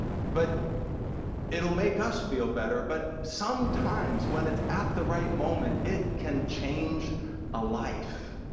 but it'll make us feel better, but sometimes when it's at the right moment, it can change a life.